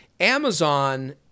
Amazon